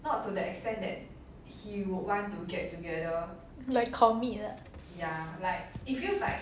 like commit ah